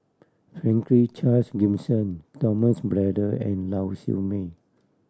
Franklin Charles Gimson Thomas Braddell and Lau Siew Mei